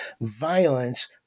violence